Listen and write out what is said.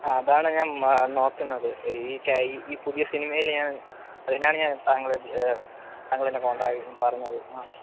ആ അതാണ് ഞാൻ നോക്കുന്നത് ഈ ഈ പുതിയ സിനിമയിൽ ഞാൻ അതിനാണ് ഞാൻ താങ്കളെ താങ്കളെ കോൺടാക്ട് ചെയ്യാൻ പറഞ്ഞത് ആ